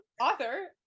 author